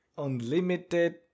Unlimited